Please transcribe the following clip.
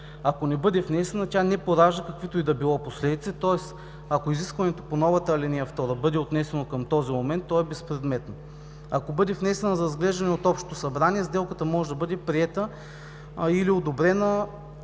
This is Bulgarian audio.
Ако не бъде внесена, тя не поражда каквито и да било последици, тоест ако изискването по новата ал. 2 бъде отнесено към този момент, то е безпредметно. Ако бъде внесена за разглеждане от общото събрание, сделката може да бъде приета или одобрена,